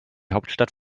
hauptstadt